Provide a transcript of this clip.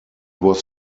was